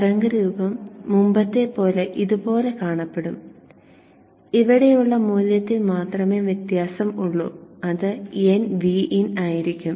തരംഗരൂപം മുമ്പത്തെപ്പോലെ ഇതുപോലെ കാണപ്പെടും ഇവിടെയുള്ള മൂല്യത്തിൽ മാത്രമേ വ്യത്യാസം ഉള്ളു അത് nVin ആയിരിക്കും